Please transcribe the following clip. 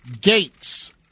gates